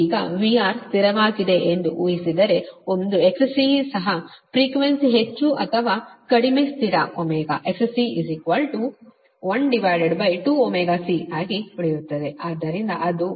ಈಗ VR ಸ್ಥಿರವಾಗಿದೆ ಎಂದು ಊಹಿಸಿದರೆ ಒಂದು XC ಸಹ ಪ್ರೀಕ್ವೆನ್ಸಿ ಹೆಚ್ಚು ಅಥವಾ ಕಡಿಮೆ ಸ್ಥಿರ ಒಮೆಗಾ XC 12ωC ಆಗಿ ಉಳಿಯುತ್ತದೆ